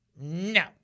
no